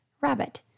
Rabbit